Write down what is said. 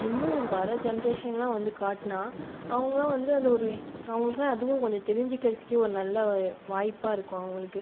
இன்னும் இது வரும் ஜென்ரேஷன் எல்லாம் வந்து காட்டினால் அவர்களை வந்து அந்த ஒரு அவர்களுக்கு எல்லாம் அதுவும் கொஞ்சம் தெரிஞ்சிக்கறத்துக்கே ஒரு நல்ல வாய்ப்பாகருக்கும் அவர்களுக்கு